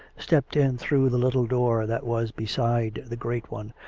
stepped in through the little door that was beside the great one,